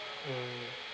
mm